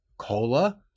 cola